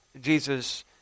Jesus